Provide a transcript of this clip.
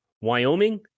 Wyoming